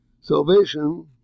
Salvation